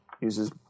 uses